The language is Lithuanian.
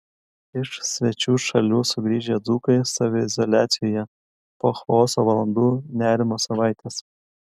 iš svečių šalių sugrįžę dzūkai saviizoliacijoje po chaoso valandų nerimo savaitės